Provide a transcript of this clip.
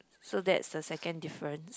so that's the second difference